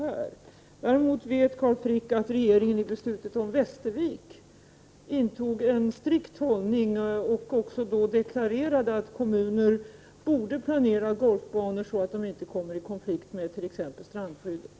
Carl Frick vet också att regeringen i beslutet om Västervik intog en strikt hållning och deklarerade att kommunen borde planera golfbanor så att de inte kommer i konflikt med t.ex. strandskyddet.